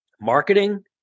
Marketing